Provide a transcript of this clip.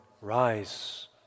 rise